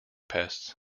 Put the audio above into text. pests